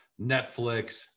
Netflix